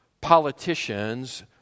politicians